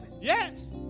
Yes